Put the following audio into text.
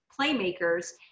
playmakers